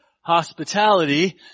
hospitality